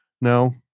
No